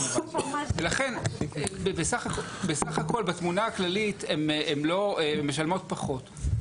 לכן בסך הכל בתמונה הכללית הם לא, הן משלמות פחות.